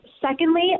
Secondly